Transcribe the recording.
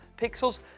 pixels